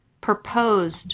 proposed